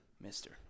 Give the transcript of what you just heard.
Mister